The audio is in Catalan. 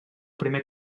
primer